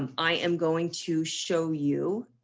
um i am going to show you